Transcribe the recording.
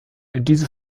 diese